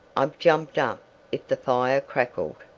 i've jumped up if the fire crackled.